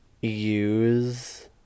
use